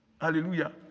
Hallelujah